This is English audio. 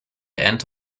end